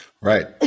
Right